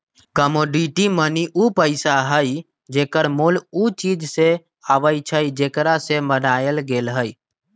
commodity money उ पइसा हइ जेकर मोल उ चीज से अबइ छइ जेकरा से बनायल गेल हइ